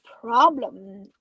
problem